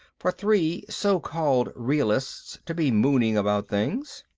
for three so-called realists to be mooning about things.